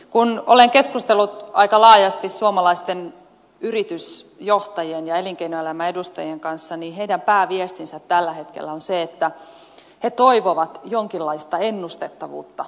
kun olen keskustellut aika laajasti suomalaisten yritysjohtajien ja elinkeinoelämän edustajien kanssa niin heidän pääviestinsä tällä hetkellä on se että he toivovat jonkinlaista ennustettavuutta toimintaympäristöönsä